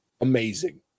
amazing